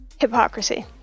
hypocrisy